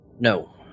No